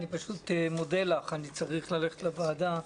אני פשוט מודה לך, אני צריך ללכת לוועדה.